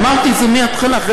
אמרתי את זה בהתחלה.